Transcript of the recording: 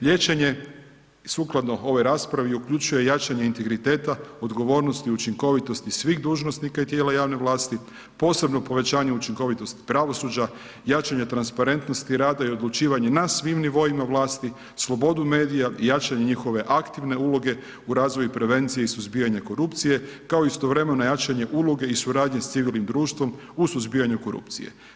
Liječenje sukladno ovoj raspravi, uključuje i jačanje integriteta, odgovornosti, učinkovitosti svih dužnosnika tijela javne vlasti, posebno povećanje učinkovitosti pravosuđa, jačanje transparentnosti i rada i odlučivanje na svim nivoima vlasti, slobodu medija i jačanje njihove aktivne uloge, u razvoj i prevenciji suzbijanja korupcije, kao i istovremeno jačanje uloge i suradnji s civilnim društvom u suzbijanju korupcije.